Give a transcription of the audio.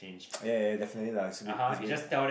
ya ya definitely lah it's weird it's weird